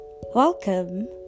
Welcome